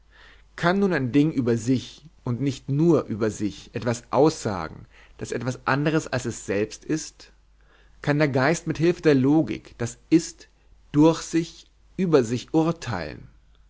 kann nun ein ding über sich und nicht nur über sich etwas aussagen das etwas anderes als es selbst ist kann der geist mit hilfe der logik d i durch sich über sich urteilen